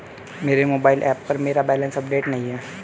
मेरे mobile app पर मेरा बैलेंस अपडेट नहीं है